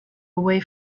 away